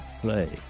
play